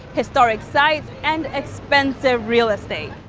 historic sites and expensive real estate.